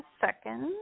second